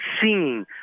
singing